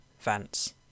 Vance